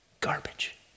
garbage